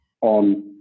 on